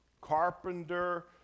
carpenter